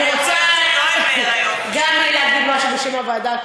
אני רוצה גם להגיד משהו בשם הוועדה.